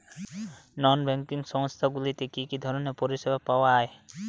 নন banking সংস্থা গুলিতে কি কি ধরনের পরিসেবা পাওয়া য়ায়?